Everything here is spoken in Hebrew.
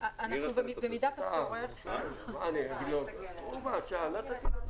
אני לא נתתי לך